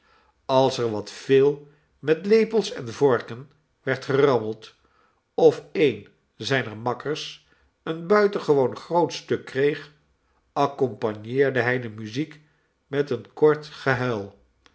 als er wat veel met lepels en vorken werd gerammeld of een zijner makkers een buitengewoon groot stuk kreeg accompagneerde hij de muziek met een kort gehuil